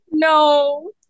No